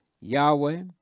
Yahweh